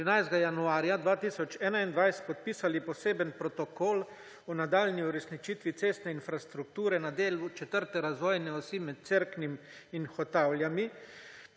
13. januarja 2021 podpisali poseben protokol o nadaljnji uresničitvi cestne infrastrukture na delu četrte razvojne osi med Cerknim in Hotavljami.